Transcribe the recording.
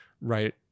right